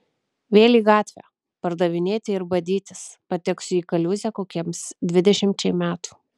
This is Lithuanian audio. vėl į gatvę pardavinėti ir badytis pateksiu į kaliūzę kokiems dvidešimčiai metų